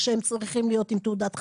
שהם צריכים להיות עם תעודת חשמלאי,